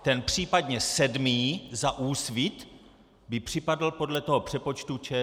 Ten případně sedmý za Úsvit by připadl podle toho přepočtu ČSSD.